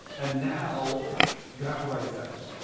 and now you have to write a second one